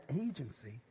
agency